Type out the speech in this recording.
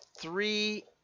three